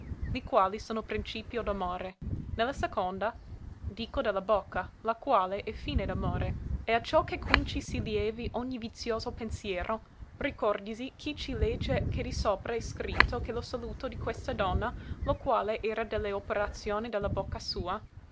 li quali sono principio d'amore ne la seconda dico de la bocca la quale è fine d'amore e acciò che quinci si lievi ogni vizioso pensiero ricòrdisi chi ci legge che di sopra è scritto che lo saluto di questa donna lo quale era de le operazioni de la bocca sua